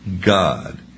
God